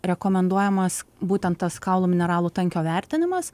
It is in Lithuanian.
rekomenduojamas būtent tas kaulų mineralų tankio vertinimas